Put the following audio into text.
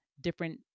different